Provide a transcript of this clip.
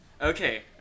Okay